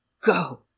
Go